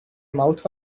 mouth